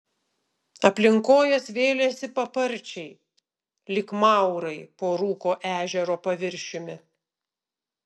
aplink kojas vėlėsi paparčiai lyg maurai po rūko ežero paviršiumi